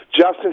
Justin